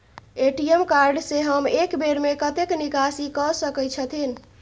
ATM card से हम एक बेर में कतेक निकासी कय सके छथिन?